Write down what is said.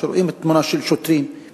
שרואים תמונה של שוטרים,